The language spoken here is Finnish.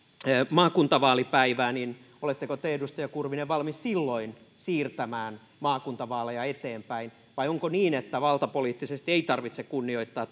maakuntavaalipäivää niin oletteko te edustaja kurvinen valmis silloin siirtämään maakuntavaaleja eteenpäin vai onko niin että valtapoliittisesti ei tarvitse kunnioittaa